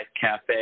Cafe